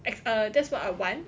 ex~ err that's what I want